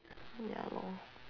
ya lor